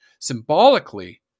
symbolically